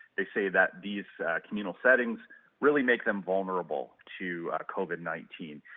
they say that these communal settings really make them vulnerable to covid nineteen.